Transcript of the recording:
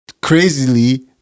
crazily